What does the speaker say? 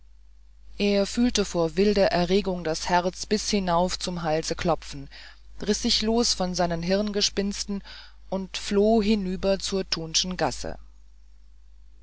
er fühlte vor wilder erregung das herz bis hinauf zum halse klopfen riß sich los von seinen hirngespinsten und floh hinüber zur thunschen gasse